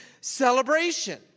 celebration